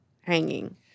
hanging